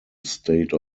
state